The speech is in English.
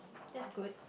that's good